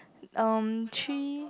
um three